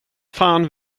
fan